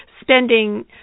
spending